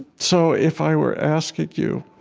so if i were asking you